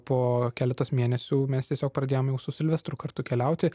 po keleto mėnesių mes tiesiog pradėjome su silvestru kartu keliauti